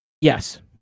Yes